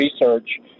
research